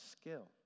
skill